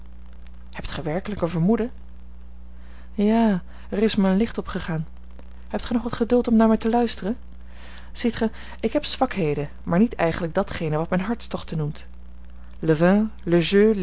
hebt gij werkelijk een vermoeden ja er is mij een licht opgegaan hebt gij nog wat geduld om naar mij te luisteren ziet gij ik heb zwakheden maar niet eigenlijk datgene wat men hartstochten noemt